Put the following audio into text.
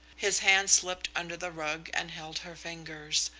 his hand slipped under the rug and held her fingers,